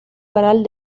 canal